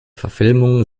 verfilmung